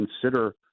consider